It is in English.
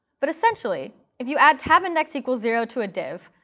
but essentially, if you add tabindex equals zero to a div,